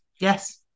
Yes